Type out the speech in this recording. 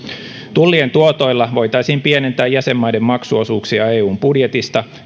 tullien tuotoilla voitaisiin pienentää jäsenmaiden maksuosuuksia eun budjetista